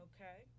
Okay